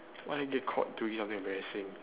what did you get caught doing something embarrassing